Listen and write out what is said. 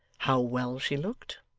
how well she looked?